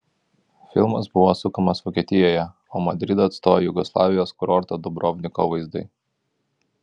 filmas buvo sukamas vokietijoje o madridą atstojo jugoslavijos kurorto dubrovniko vaizdai